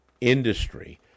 industry